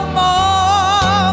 more